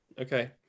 okay